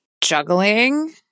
juggling